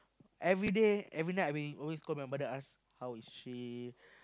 everyday every night we always call my mother ask how is she